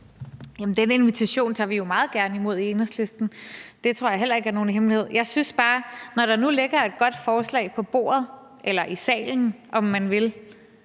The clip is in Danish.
den invitation tager vi jo meget gerne imod i Enhedslisten. Det tror jeg heller ikke er nogen hemmelighed. Jeg synes bare, at når der nu ligger et godt forslag på bordet – eller i salen, om man vil